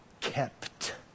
Kept